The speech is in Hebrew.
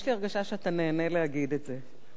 יש לי הרגשה שאתה נהנה להגיד את זה.